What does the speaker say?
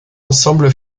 ensemble